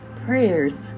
prayers